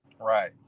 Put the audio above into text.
Right